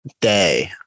day